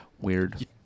Weird